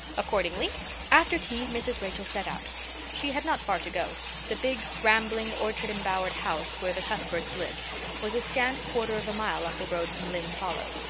accordingly after tea mrs. rachel set out she had not far to go the big, rambling, orchard-embowered house where the cuthberts lived was a scant quarter of a mile up the road from lynde's hollow.